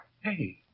Hey